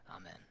Amen